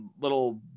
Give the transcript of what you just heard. little